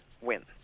win